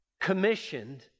commissioned